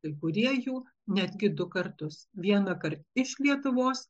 kai kurie jų netgi du kartus vienąkart iš lietuvos